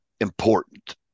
important